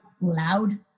loud